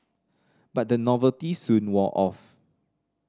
but the novelty soon wore off